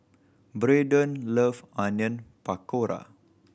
Braydon love Onion Pakora